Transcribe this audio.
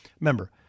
Remember